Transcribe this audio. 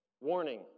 warning